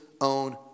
own